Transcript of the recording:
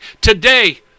Today